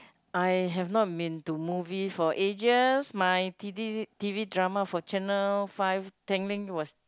I have not been to movies for ages my T D t_v drama for channel five Tanglin was